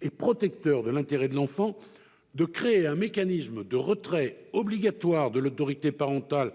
et protecteur de l'intérêt de l'enfant de créer un mécanisme de retrait obligatoire de l'autorité parentale